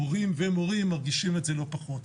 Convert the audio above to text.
הורים ומורים מרגישים את זה לא פחות.